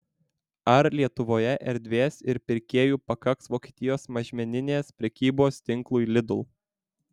ar lietuvoje erdvės ir pirkėjų pakaks vokietijos mažmeninės prekybos tinklui lidl